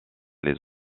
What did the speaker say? les